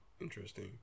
interesting